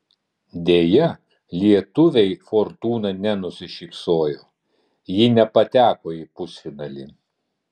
deja lietuvei fortūna nenusišypsojo ji nepateko į pusfinalį